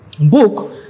book